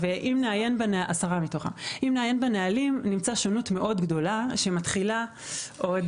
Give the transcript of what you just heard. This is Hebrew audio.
אם נעיין בנהלים נמצא שונות מאוד גדולה שמתחילה עוד